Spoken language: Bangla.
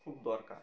খুব দরকার